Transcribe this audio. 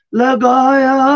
lagaya